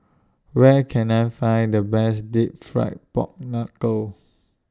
Where Can I Find The Best Deep Fried Pork Knuckle